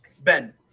Ben